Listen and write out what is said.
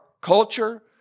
culture